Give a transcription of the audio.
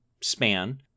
span